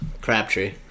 Crabtree